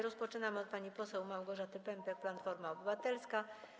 Rozpoczynamy od pani poseł Małgorzaty Pępek, Platforma Obywatelska.